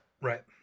Right